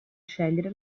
scegliere